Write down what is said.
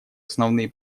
основные